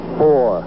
four